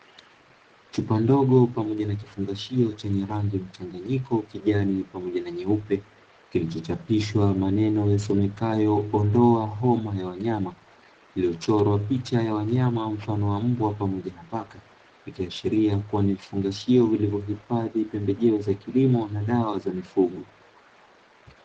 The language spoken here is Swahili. Chupa ndogo pamoja na kifungashio chenye rangi mchanganyiko kijani pamoja na nyeupe, kilichochapishwa maneno yasomekayo “Ondoa homa ya wanyama” iliyochorwa picha ya wanyama mfano wa mbwa pamoja na paka. Ikiashiria kuwa ni vifungashio vilivyohifadhi pembejeo za kilimo na dawa za mifugo.